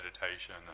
meditation